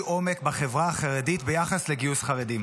עומק בחברה החרדית ביחס לגיוס חרדים.